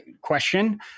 question